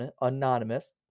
anonymous